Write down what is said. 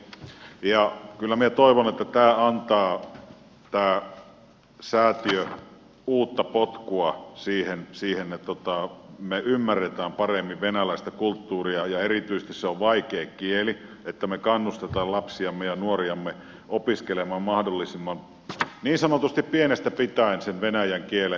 kyllä minä toivon että tämä säätiö antaa uutta potkua siihen että me ymmärrämme paremmin venäläistä kulttuuria ja erityisesti kun se on vaikea kieli että me kannustamme lapsiamme ja nuoriamme opiskelemaan mahdollisimman niin sanotusti pienestä pitäen sen venäjän kielen